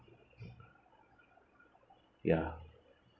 ya